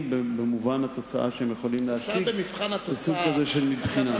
במובן התוצאה שהם יכולים להשיג בסוג כזה של בחינה.